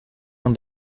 man